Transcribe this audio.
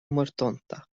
mortonta